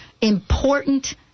important